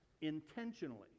intentionally